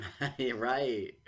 Right